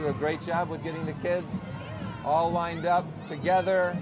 do a great job of getting the kids all lined up together